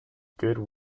good